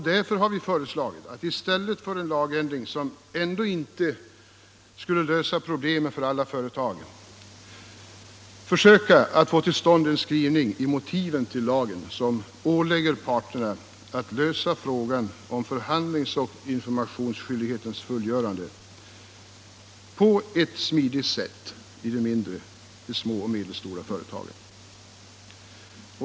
Därför har vi föreslagit att i stället för en lagändring, som ändå inte skulle lösa problemen för alla företag, försöka få till stånd en skrivning i motiven till lagen som ålägger parterna att lösa frågan om förhandlingsoch informationsskyldighetens fullgörande på ett smidigt sätt i de små och medelstora företagen.